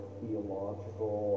theological